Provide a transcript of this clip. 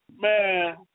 Man